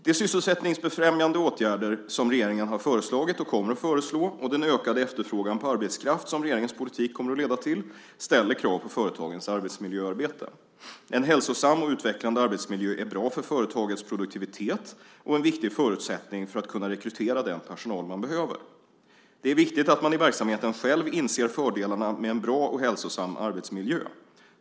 De sysselsättningsfrämjande åtgärder som regeringen har föreslagit och kommer att föreslå, och den ökande efterfrågan på arbetskraft som regeringens politik kommer att leda till, ställer krav på företagens arbetsmiljöarbete. En hälsosam och utvecklande arbetsmiljö är bra för företagets produktivitet och en viktig förutsättning för att kunna rekrytera den personal man behöver. Det är viktigt att man i verksamheten själv inser fördelarna med en bra och hälsosam arbetsmiljö.